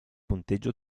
punteggio